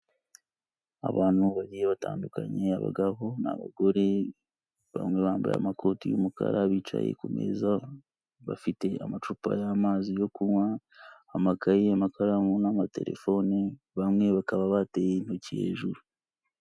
Abantu bagiye batandukanye abagabo n'abagore bamwe bambaye amakoti y'umukara bicaye kumeza bafite amacupa y'amazi yo kunywa amakaye, amakaramu n'amaterefone bamwe bakaba bateye intoki hejuru.